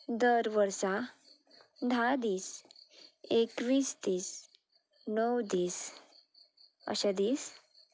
दर वर्सा धा दीस एकवीस दीस णव दीस अशे दीस